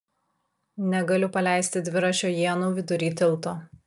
negaliu paleisti dviračio ienų vidury tilto